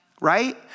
right